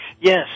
Yes